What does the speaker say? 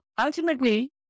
ultimately